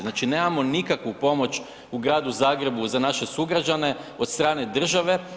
Znači, nemamo nikakvu pomoć u Gradu Zagrebu za naše sugrađane od strane države.